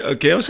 Okay